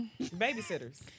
babysitters